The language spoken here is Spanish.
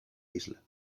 isla